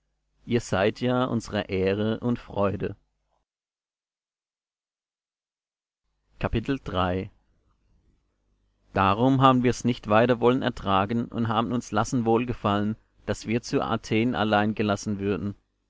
ihr seid ja unsre ehre und freude darum haben wir's nicht weiter wollen ertragen und haben uns lassen wohlgefallen daß wir zu athen allein gelassen würden